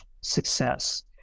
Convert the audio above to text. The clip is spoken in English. success